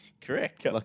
Correct